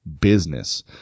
business